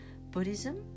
Buddhism